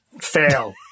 Fail